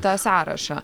tą sąrašą